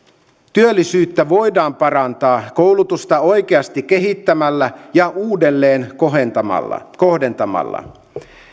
työllisyyttä voidaan parantaa koulutusta oikeasti kehittämällä ja uudelleen kohdentamalla kohdentamalla